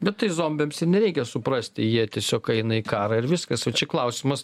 bet tai zombiams ir nereikia suprasti jie tiesiog eina į karą ir viskas o čia klausimas